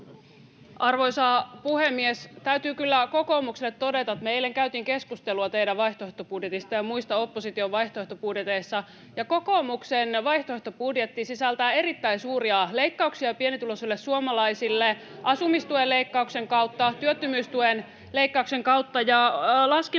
Arvoisa puhemies! Täytyy kyllä kokoomukselle todeta, että me eilen käytiin keskustelua teidän vaihtoehtobudjetistanne ja muista opposition vaihtoehtobudjeteista ja kokoomuksen vaihtoehtobudjetti sisältää erittäin suuria leikkauksia pienituloisille suomalaisille [Aino-Kaisa Pekonen: Kyllä! Näin on!] asumistuen leikkauksen kautta, työttömyystuen leikkauksen kautta. Laskimme,